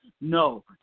No